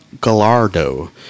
Gallardo